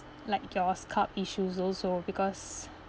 like your scalp issues also because